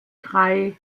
drei